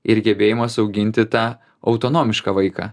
ir gebėjimas auginti tą autonomišką vaiką